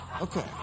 Okay